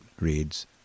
reads